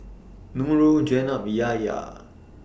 Nurul Jenab Yahya